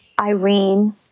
Irene